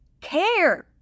care